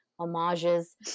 homages